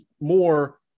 more